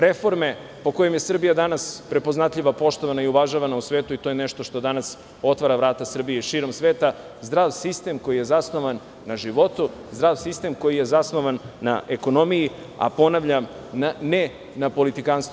Reforme, po kojima je Srbija danas prepoznatljiva, poštovana i uvažavana u svetu i to je nešto što danas otvara vrata Srbiji i širom sveta, zdrav sistem koji je zasnovan na životu, zdrav sistem koji je zasnovan na ekonomiji, a ponavljam, ne na politikanstvu.